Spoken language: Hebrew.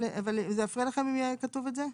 אבל זה יפריע לכם אם יהיה כתוב את זה?